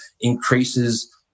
increases